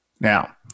Now